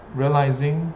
realizing